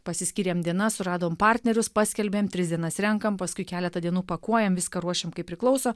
pasiskyrėm dienas suradom partnerius paskelbėm tris dienas renkam paskui keletą dienų pakuojam viską ruošiam kaip priklauso